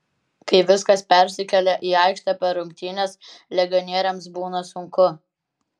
kai viskas persikelia į aikštę per rungtynes legionieriams būna sunku